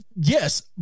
yes